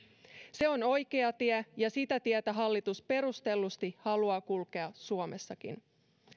se on oikea tie ja sitä tietä hallitus perustellusti haluaa kulkea suomessakin